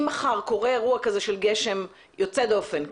אם מחר קורה אירוע כזה של גשם יוצא דופן,